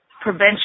prevention